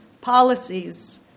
policies